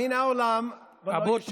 וברוך השם שזה הסתיים בגלל, מעורבות מיידית.